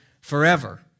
forever